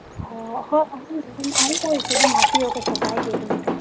ꯍꯣ ꯍꯣ ꯑꯍꯨꯝꯗꯣ ꯑꯗꯨꯝ ꯑꯍꯨꯝ ꯑꯣꯏꯔꯁꯨ ꯑꯗꯨꯝ ꯍꯥꯞꯄꯤꯌꯨ ꯀꯩꯁꯨ ꯀꯥꯏꯗꯦ ꯑꯗꯨꯕꯨꯗꯤ